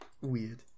weird